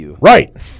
Right